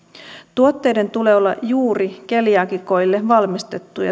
tuotteiden tulee olla juuri keliaakikoille valmistettuja